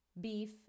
beef